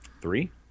Three